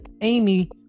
Amy